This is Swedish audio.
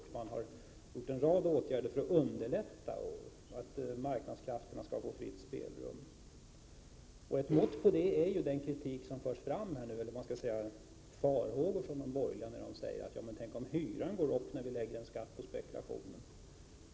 Regeringen har också vidtagit en rad andra åtgärder för att underlätta för marknadskrafterna att få fritt spelrum. Ett mått på detta är de farhågor som framförs av de borgerliga partierna då de säger att hyrorna kan gå upp om vi beskattar spekulationen.